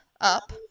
up